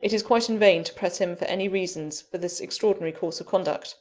it is quite in vain to press him for any reason for this extraordinary course of conduct